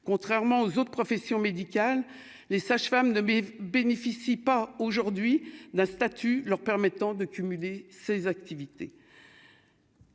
contrairement aux autres professions médicales, les sages-femmes ne bénéficient pas aujourd'hui d'un statut leur permettant de cumuler ses activités.